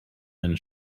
then